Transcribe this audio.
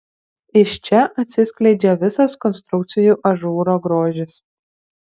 iš čia atsiskleidžia visas konstrukcijų ažūro grožis